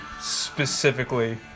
specifically